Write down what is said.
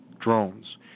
drones